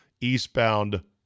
eastbound